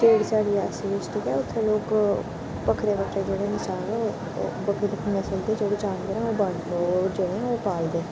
जेह्ड़ी साढ़ी रियासी डिस्ट्रिक ऐ उत्थे लोक बक्ख बक्खरे जेह्ड़े इंसान ऐ ओह् बक्खरे बक्खरे सगुआं जेह्ड़े जानवर ऐ ओह् जेह्ड़े पालदे न